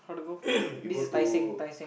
you go to